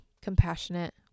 compassionate